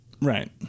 Right